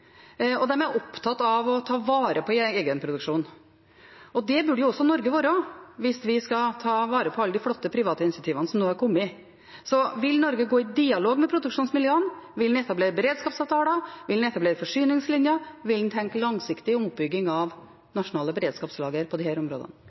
og de er opptatt av å ta vare på egenproduksjon. Det bør også Norge være hvis vi skal ta vare på alle de flotte private initiativene som nå er kommet. Så vil Norge gå i dialog med produksjonsmiljøene? Vil en etablere beredskapsavtaler? Vil en etablere forsyningslinjer? Vil en tenke langsiktig oppbygging av